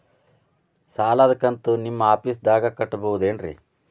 ಸಾಲದ ಕಂತು ನಿಮ್ಮ ಆಫೇಸ್ದಾಗ ಕಟ್ಟಬಹುದೇನ್ರಿ?